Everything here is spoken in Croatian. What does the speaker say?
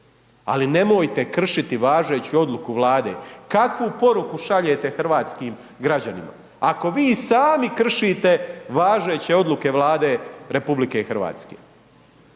ali nemojte kršiti važeću odluku Vlade. Kakvu poruku šaljete hrvatskim građanima ako vi sami kršite važeće odluke Vlade RH? Mene